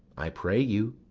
i pray you.